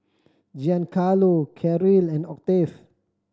Giancarlo Caryl and Octave